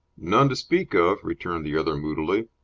none to speak of, returned the other, moodily.